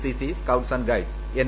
C C scouts and guides N